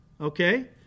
okay